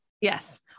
yes